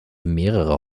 mehrere